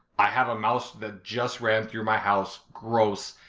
i have a mouse that just ran through my house. gross.